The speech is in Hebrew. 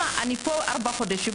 אני פה ארבעה חודשים.